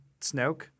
Snoke